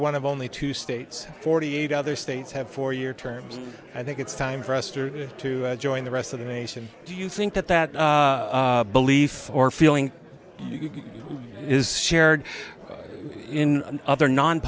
one of only two states forty eight other states have four year terms i think it's time for us to join the rest of the nation do you think that that belief or feeling you get is shared in other non